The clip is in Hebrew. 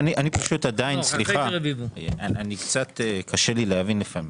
אני פשוט עדיין, סליחה, קשה לי להבין לפעמים.